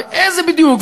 ואיזה בדיוק,